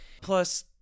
Plus